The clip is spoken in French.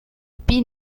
pin